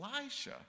Elisha